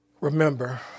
Remember